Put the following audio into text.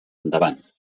endavant